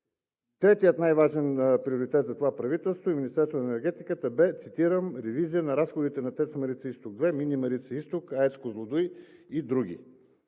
Третият, най-важен приоритет за това правителство и Министерството на енергетиката бе, цитирам: „Ревизия на разходите на „ТЕЦ Марица изток 2“, „Мини Марица изток“, АЕЦ „Козлодуй“ и други“.